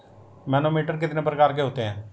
Manometer कितने प्रकार के होते हैं?